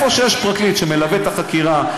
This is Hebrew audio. במקום שיש פרקליט שמלווה את החקירה,